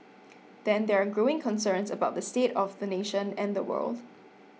then there are growing concerns about the state of the nation and the world